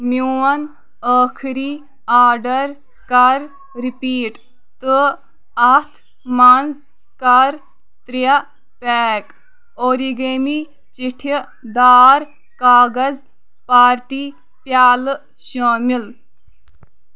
میون ٲخری آرڈر کر رِپیٖٹ تہٕ اتھ مَنٛز کر ترٛےٚ پیک اورِگیمی چھِٹہِ دار کاغذ پارٹی پیٛالہٕ شٲمِل